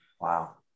Wow